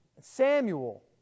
Samuel